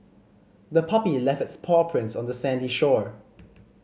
the puppy left its paw prints on the sandy shore